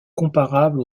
comparable